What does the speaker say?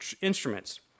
instruments